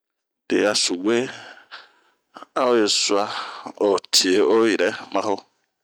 Di a subue a oyi sua ,o tii oyɛrɛ maho.